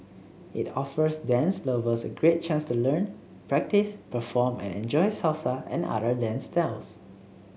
it offers dance lovers a great chance to learn practice perform and enjoy Salsa and other dance styles